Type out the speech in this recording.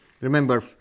Remember